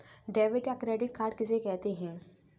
Debit या credit card किसे कहते हैं?